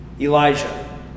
Elijah